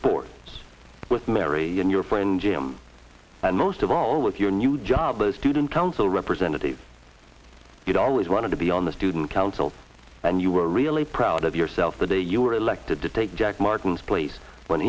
boards with mary and your friend jim and most of all with your new job those student council representative you'd always wanted to be on the student council and you were really proud of yourself the day you were elected to take jack martin's place when